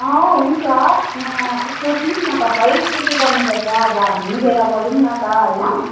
अँ हुन्छ नयाँ सोच्नुहोस् न तपाईँ के के गर्नुपर्छ अब हामी मिलेर गरौँ न त होइन